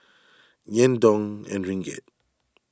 Yen Dong and Ringgit